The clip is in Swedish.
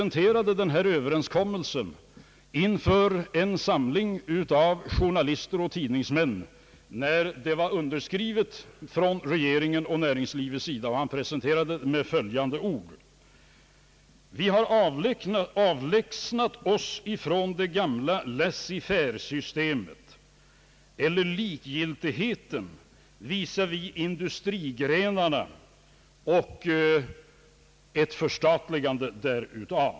När överenskommelsen var underskriven av regeringen och näringslivets representanter, presenterades den av min franske kollega med följande ord inför en samling tidningsmän: »Vi har avlägsnat oss från det gamla laissez faire-systemet, eller likgiltigheten visavi industrigrenarna och ett förstatligande därutav.